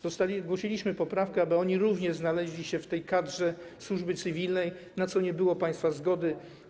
Zgłosiliśmy poprawkę, aby oni również znaleźli się w tej kadrze służby cywilnej, na co nie było państwa zgody.